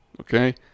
Okay